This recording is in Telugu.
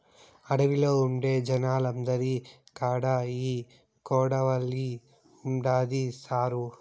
అడవిలో ఉండే జనాలందరి కాడా ఈ కొడవలి ఉండాది సారూ